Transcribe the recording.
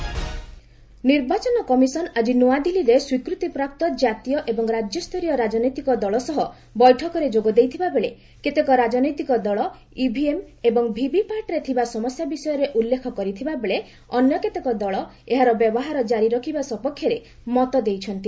EC meeting ନିର୍ବାଚନ କମିଶନ ଆଜି ନୂଆଦିଲ୍ଲୀରେ ସ୍ୱୀକୃତିପ୍ରାପ୍ତ ଜାତୀୟ ଏବଂ ରାଜ୍ୟସ୍ତରୀୟ ରାଜନୈତିକ ଦଳ ସହ ବୈଠକରେ ଯୋଗ ଦେଇଥିବାବେଳେ କେତେକ ରାଜନୈତିକ ଦଳ ଇଭିଏମ୍ ଏବଂ ଭିଭିପାଟ୍ରେ ଥିବା ସମସ୍ୟା ବିଷୟରେ ଉଲ୍ଲେଖ କରିଥିବାବେଳେ ଅନ୍ୟ କେତେକ ଦଳ ଏହାର ବ୍ୟବହାର ଜାରି ରଖିବା ସପକ୍ଷରେ ମତ ଦେଇଛନ୍ତି